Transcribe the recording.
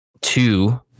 two